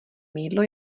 mýdlo